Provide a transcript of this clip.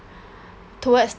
towards